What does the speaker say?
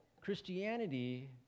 Christianity